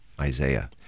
Isaiah